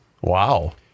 Wow